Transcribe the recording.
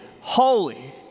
holy